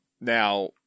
now